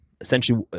essentially